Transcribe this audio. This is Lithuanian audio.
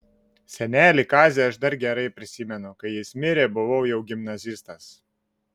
senelį kazį aš dar gerai prisimenu kai jis mirė buvau jau gimnazistas